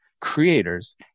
creators